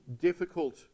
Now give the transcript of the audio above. difficult